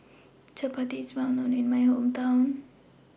Chapati IS Well known in My Hometown